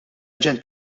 aġent